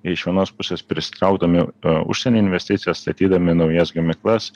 iš vienos pusės prisitraukdami užsienio investicijas statydami naujas gamyklas